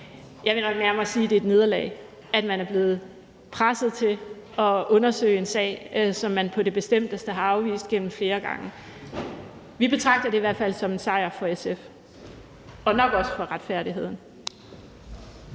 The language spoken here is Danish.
Jeg vil nok nærmere sige, at det er et nederlag, at man er blevet presset til at undersøge en sag, som man på det bestemteste har afvist gennem flere gange. Vi betragter det i hvert fald som en sejr for SF – og nok også for retfærdigheden.